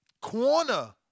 corner